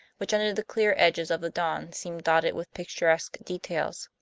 which under the clear edges of the dawn seemed dotted with picturesque details.